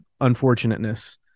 unfortunateness